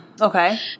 Okay